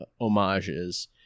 homages